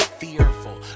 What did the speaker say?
fearful